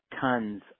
tons